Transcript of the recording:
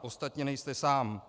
Ostatně nejste sám.